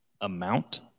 amount